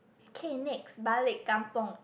okay next balik kampung